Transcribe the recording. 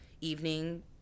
evening